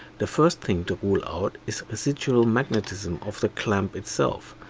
the first thing to rule out is residual magnetism of the clamp itself.